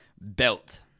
belt